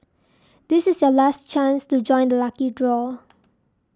this is your last chance to join the lucky draw